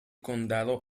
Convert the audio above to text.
condado